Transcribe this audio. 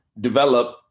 develop